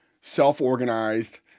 self-organized